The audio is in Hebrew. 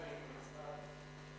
למניעת הטרדה מינית (תיקון מס' 6)